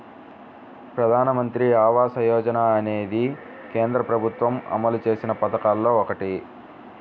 ప్రధానమంత్రి ఆవాస యోజన అనేది కేంద్ర ప్రభుత్వం అమలు చేసిన పథకాల్లో ఒకటి